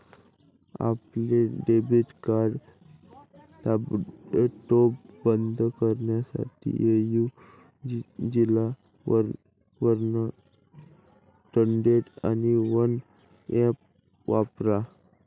आपले debit card ताबडतोब बंद करण्यासाठी ए.यू झिरो वन हंड्रेड आणि वन ऍप वापरा